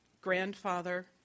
grandfather